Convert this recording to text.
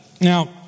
Now